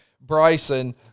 Bryson